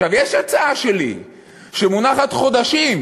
יש הצעה שלי שמונחת חודשים.